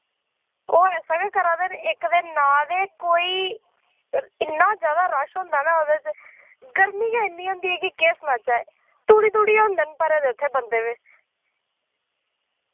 ओह् ऐसा गै करा दे न इक ते ना ते कोई इन्ना ज्यादा रश होंदा ना उदे च गर्मी गै इन्नी होंदी ऐ कि केह् सनाचै तुड़ी तुड़ी होंदे न भरे दे उत्थे बंदे